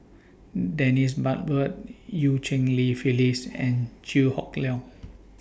Dennis Bloodworth EU Cheng Li Phyllis and Chew Hock Leong